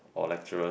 or lecturers